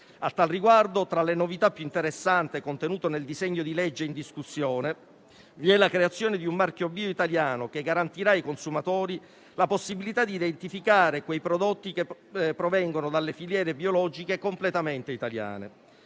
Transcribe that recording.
A tal riguardo, tra le novità più interessanti contenute nel disegno di legge in discussione vi è la creazione di un marchio bioitaliano, che garantirà ai consumatori la possibilità di identificare i prodotti che provengono dalle filiere biologiche completamente italiane.